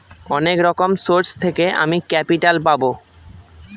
অনেক রকম সোর্স থেকে আমি ক্যাপিটাল পাবো